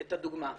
את הדוגמה,